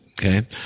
Okay